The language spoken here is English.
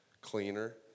cleaner